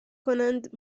کنند